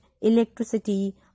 electricity